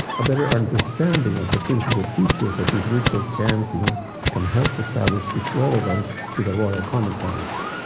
a better understanding of the principal features of this ritual chanting can help to establish its relevance to the royal commentaries.